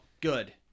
Good